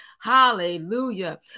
Hallelujah